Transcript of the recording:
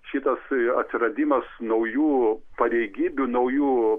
šitas atsiradimas naujų pareigybių naujų